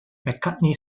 mccartney